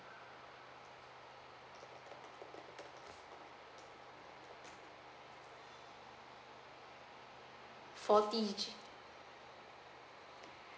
forty